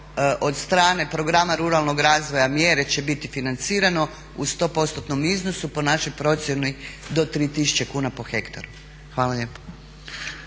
od strane programa ruralnog razvoja mjere će biti financirano u 100%tnom iznosu, po našoj procjeni do 3 tisuće kuna po hektaru. Hvala lijepo.